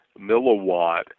milliwatt